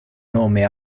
nome